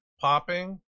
popping